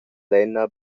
lenna